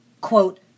quote